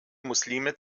muslime